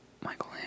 Michael